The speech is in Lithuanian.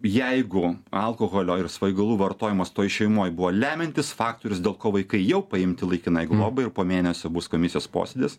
jeigu alkoholio ir svaigalų vartojimas toj šeimoj buvo lemiantis faktorius dėl ko vaikai jau paimti laikinai globai ir po mėnesio bus komisijos posėdis